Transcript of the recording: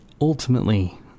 Ultimately